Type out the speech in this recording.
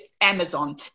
Amazon